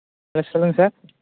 S சொல்லுங்கள் sir